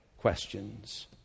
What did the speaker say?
questions